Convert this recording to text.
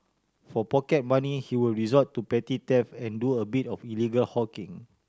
for pocket money he would resort to petty theft and do a bit of illegal hawking